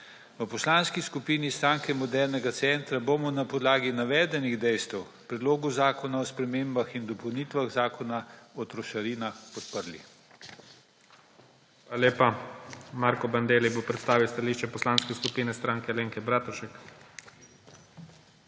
Poslanski skupini Stranki modernega centra bomo na podlagi navedenih dejstev Predlog zakona o spremembah in dopolnitvah Zakona o trošarinah podprli. PREDSEDNIK IGOR ZORČIČ: Hvala lepa. Marko Bandelli bo predstavil stališče Poslanske skupine Stranke Alenke Bratušek.